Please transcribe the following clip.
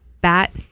bat